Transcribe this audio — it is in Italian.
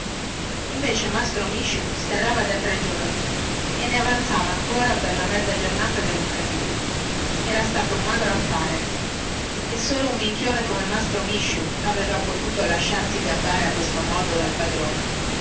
invece mastro misciu sterrava da tre giorni e ne avanzava ancora per la mezza giornata del lunedì era stato un magro affare e solo un minchione come mastro misciu aveva potuto lasciarsi gabbare a questo modo dal padrone